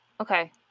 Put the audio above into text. Okay